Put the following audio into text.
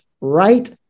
right